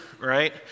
right